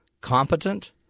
competent